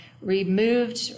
removed